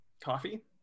Coffee